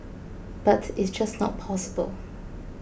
but it's just not possible